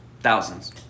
Thousands